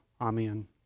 Amen